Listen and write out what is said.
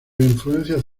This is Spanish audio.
influencias